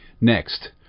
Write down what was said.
Next